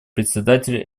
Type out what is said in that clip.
председателя